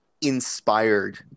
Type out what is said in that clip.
inspired